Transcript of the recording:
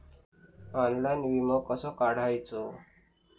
Online विमो कसो काढायचो?